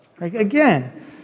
Again